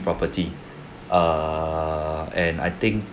property err and I think